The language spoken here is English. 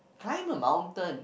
climb a mountain